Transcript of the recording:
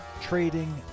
Trading